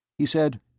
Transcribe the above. he said,